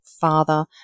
father